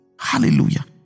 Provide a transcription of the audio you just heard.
Hallelujah